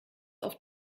auf